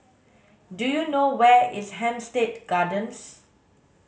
do you know where is Hampstead Gardens